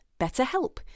BetterHelp